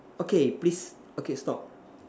okay please okay stop